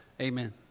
Amen